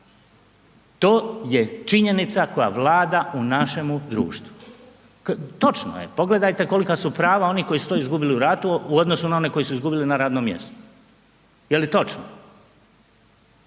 to je činjenica koja vlada u našemu društvu. Točno je, pogledajte kolika su prava onih koji su to izgubili u ratu u odnosu na one koji su izgubili na radnom mjestu, je li točno?